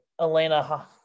Elena